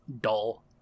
dull